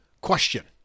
question